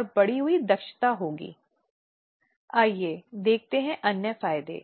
उसके बाद यह देखने के लिए कि वह